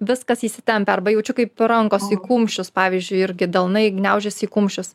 viskas įsitempę arba jaučiu kaip rankos į kumščius pavyzdžiui irgi delnai gniaužiasi į kumščius